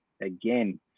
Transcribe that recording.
again